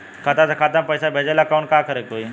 खाता से खाता मे पैसा भेजे ला का करे के होई?